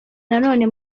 nanone